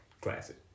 classic